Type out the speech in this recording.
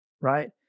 right